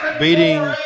Beating